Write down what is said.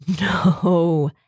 No